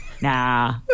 Nah